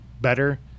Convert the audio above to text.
better